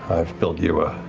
i've built you a